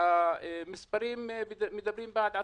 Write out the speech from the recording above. המספרים מדברים בעד עצמם.